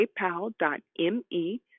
paypal.me